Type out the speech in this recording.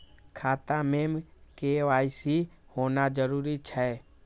खाता में के.वाई.सी होना जरूरी छै?